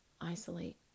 isolate